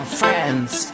friends